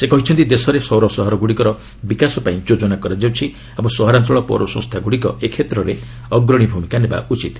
ସେ କହିଛନ୍ତି ଦେଶରେ ସୌର ସହରଗୁଡ଼ିକର ବିକାଶ ପାଇଁ ଯୋଜନା କରାଯାଉଛି ଓ ସହରାଞ୍ଚଳ ପୌରସଂସ୍ଥାଗୁଡ଼ିକ ଏ କ୍ଷେତ୍ରରେ ଅଗ୍ରଣୀ ଭୂମିକା ନେବା ଉଚିତ୍